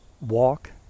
walk